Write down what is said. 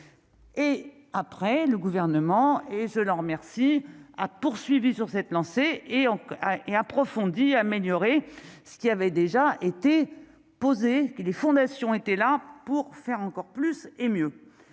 Et après, le gouvernement et je l'en remercie, a poursuivi sur cette lancée et en et approfondie, ce qui avait déjà été posée et les fondations étaient là pour faire encore plus et mieux,